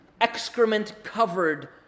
Excrement-covered